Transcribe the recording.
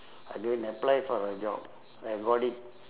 I go and apply for a job I got it